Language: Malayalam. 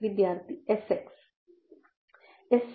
വിദ്യാർത്ഥി s x